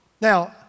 Now